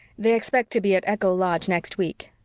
they expect to be at echo lodge next week.